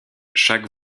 chaque